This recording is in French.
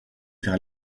vers